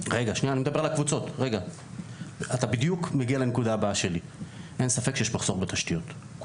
בסוף יש דבר שנקרא תשתית ומספר הבנות שמשחקות